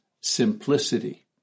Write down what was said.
simplicity